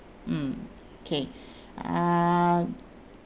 mm okay uh